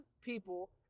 people